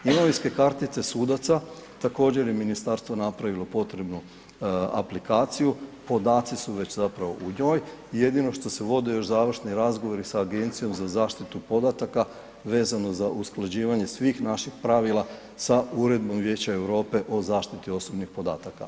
Imovinske kartice sudaca, također je ministarstvo napravilo potrebnu aplikaciju, podaci su već zapravo u njoj jedino što se vode još završni razgovori sa Agencijom za zaštitu podataka vezano za usklađivanje svih naših pravila sa Uredbom Vijeća Europe o zaštiti osobnih podataka.